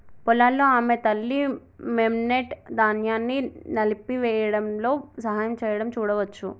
పొలాల్లో ఆమె తల్లి, మెమ్నెట్, ధాన్యాన్ని నలిపివేయడంలో సహాయం చేయడం చూడవచ్చు